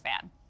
fan